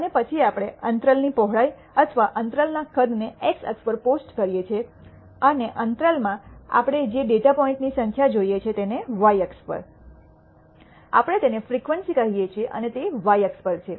અને પછી આપણે અંતરાલની પહોળાઈ અથવા અંતરાલ કદ ને x અક્ષ પર પોસ્ટ કર્યે છે અને અંતરાલ માં આપણે જે ડેટા પોઇન્ટની સંખ્યા જોઈએ છે તેને વાય અક્ષ પર આપણે તેને ફ્રીક્વન્સી કહીએ છીએ અને તે વાય અક્ષ પર છે